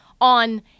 on